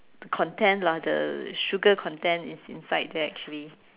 the content lah the sugar content is inside there actually